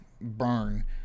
burn